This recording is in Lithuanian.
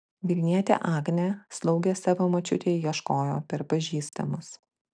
vilnietė agnė slaugės savo močiutei ieškojo per pažįstamus